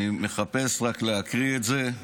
אני מחפש להקריא את זה,